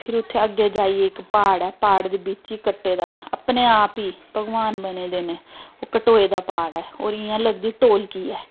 फिर उत्थें अग्गैं जाइयै इक प्हाड़ ऐ प्हाड़ दे बिच्च इ कट्टे दा अपने आप ई भगवान बने दे न ओह् कटोए दा प्हाड़ ऐ होर इ'यां लगदी ढोलकी ऐ